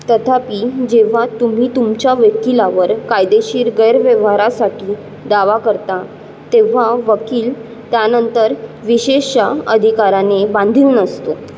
तथापि जेव्हा तुम्ही तुमच्या वकिलावर कायदेशीर गैरव्यवहारासाठी दावा करता तेव्हा वकील त्यानंतर विशेषाधिकाराने बांधील नसतो